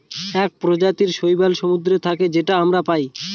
এক প্রজাতির শৈবাল সমুদ্রে থাকে যেটা আমরা পায়